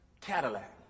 Cadillac